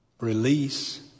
release